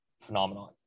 phenomenon